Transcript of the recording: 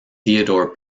theodore